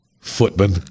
Footman